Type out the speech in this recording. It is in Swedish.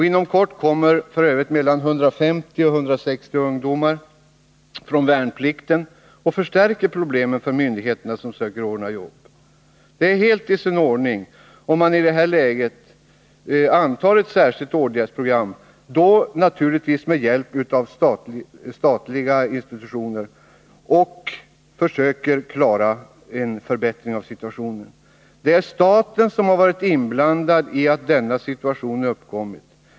Inom kort kommer f. ö. mellan 150 och 160 ungdomar från värnplikten och ökar problemen för myndigheterna som söker ordna jobb. Det är helt i sin ordning om man i detta läge antar ett särskilt åtgärdsprogram — då naturligtvis med hjälp av statliga institutioner — och söker få till stånd en förbättring av situationen. Det är staten som har varit inblandad när denna situation uppkommit.